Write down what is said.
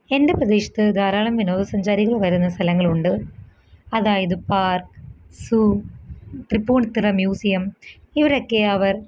എൻ്റെ പ്രദേശത്ത് ധാരാളം വിനോദസഞ്ചാരികൾ വരുന്ന സ്ഥലങ്ങളുണ്ട് അതായത് പാർക്ക് സൂ തൃപ്പൂണിത്തറ മ്യൂസിയം ഇവരൊക്കെ അവർ